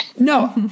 No